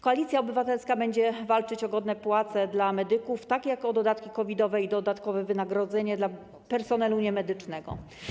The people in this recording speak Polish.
Koalicja Obywatelska będzie walczyć o godne płace dla medyków, tak jak o dodatki COVID-we i dodatkowe wynagrodzenie dla personelu niemedycznego.